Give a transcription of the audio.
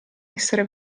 essere